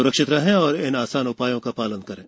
सुरक्षित रहें और इन आसान उपायों का पालन करें